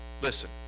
Listen